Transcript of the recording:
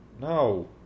No